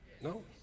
no